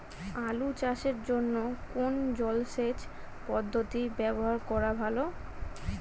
আলু চাষের জন্য কোন জলসেচ পদ্ধতি ব্যবহার করা ভালো?